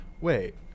Wait